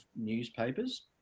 newspapers